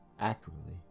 accurately